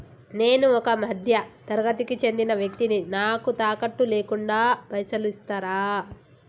నేను ఒక మధ్య తరగతి కి చెందిన వ్యక్తిని నాకు తాకట్టు లేకుండా పైసలు ఇస్తరా?